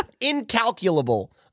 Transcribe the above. incalculable